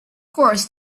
course